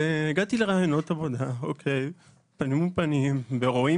הגעתי לראיונות עבודה פנים אל פנים ורואים